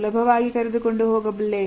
ಸುಲಭವಾಗಿ ಕರೆದುಕೊಂಡು ಹೋಗಬಲ್ಲೆ